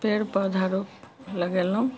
पेड़ पौधा रोप लगेलहुँ